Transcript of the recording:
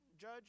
judge